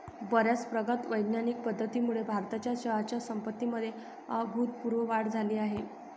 बर्याच प्रगत वैज्ञानिक पद्धतींमुळे भारताच्या चहाच्या संपत्तीमध्ये अभूतपूर्व वाढ झाली आहे